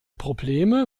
probleme